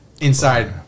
inside